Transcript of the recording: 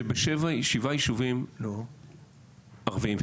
שבשבעה יישובים ערבים,